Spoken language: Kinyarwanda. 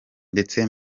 ndetse